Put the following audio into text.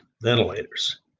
ventilators